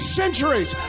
centuries